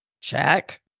Check